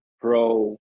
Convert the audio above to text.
pro